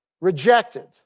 Rejected